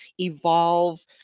evolve